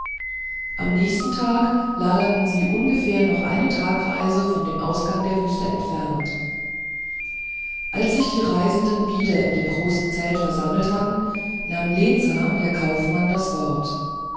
am nächsten tage lagerten sie ungefähr nur noch eine tagreise von dem ausgang der wüste entfernt als sich die reisenden wieder in dem großen zelt versammelt hatten nahm lezah der kaufmann das wort